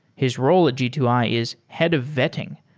his role at g two i is head of vetting,